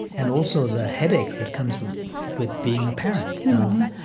and also the headache that comes with being a parent. you know,